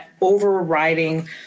overriding